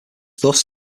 thus